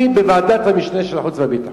בוועדת המשנה של ועדת החוץ והביטחון.